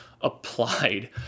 applied